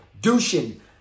Douching